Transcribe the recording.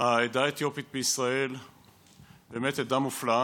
העדה האתיופית בישראל היא באמת עדה מופלאה.